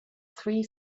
three